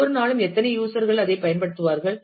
ஒவ்வொரு நாளும் எத்தனை யூஸர் கள் அதைப் பயன்படுத்துவார்கள்